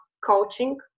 coaching